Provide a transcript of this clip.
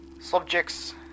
Subjects